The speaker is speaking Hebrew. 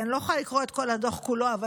כי אני לא יכולה לקרוא את הדוח כולו אבל